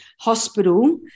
hospital